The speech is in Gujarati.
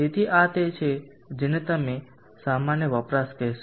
તેથી આ તે છે જેને તમે સામાન્ય વપરાશ કહેશો